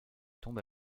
tombe